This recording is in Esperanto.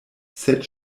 sed